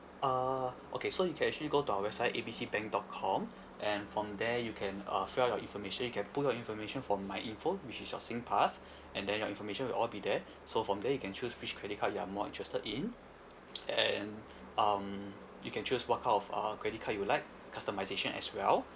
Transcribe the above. uh okay so you can actually go to our website A B C bank dot com and from there you can uh fill up your information you can pull out your information from my info which is your singpass and then your information will all be there so from there you can choose which credit card you are more interested in and um you can choose what kind of uh credit card you like customisation as well